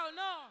no